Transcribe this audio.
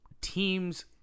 teams –